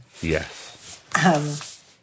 Yes